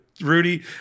Rudy